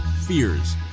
fears